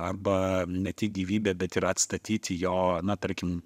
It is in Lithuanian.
arba ne tik gyvybę bet ir atstatyti jo na tarkim